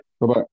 Bye-bye